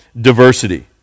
diversity